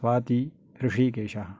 Swati हृषीकेशः